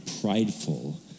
prideful